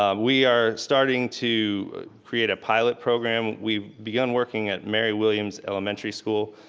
ah we are starting to create a pilot program. we've begun working at mary williams elementary school.